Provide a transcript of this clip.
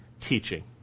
teaching